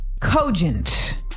cogent